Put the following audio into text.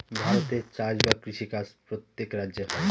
ভারতে চাষ বা কৃষি কাজ প্রত্যেক রাজ্যে হয়